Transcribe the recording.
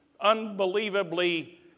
unbelievably